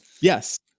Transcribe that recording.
Yes